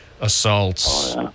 assaults